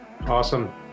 Awesome